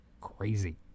crazy